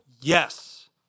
Yes